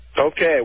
Okay